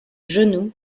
genou